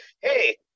hey